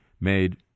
made